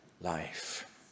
life